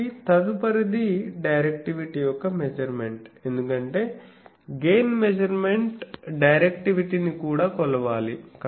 కాబట్టి తదుపరిది డైరెక్టివిటీ యొక్క మెజర్మెంట్ ఎందుకంటే గెయిన్ మెజర్మెంట్ డైరెక్టివిటీని కూడా కొలవాలి